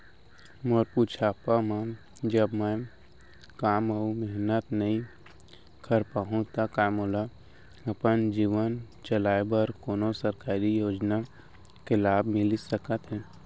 मोर बुढ़ापा मा जब मैं काम अऊ मेहनत नई कर पाहू तब का मोला अपन जीवन चलाए बर कोनो सरकारी योजना के लाभ मिलिस सकत हे?